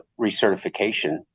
recertification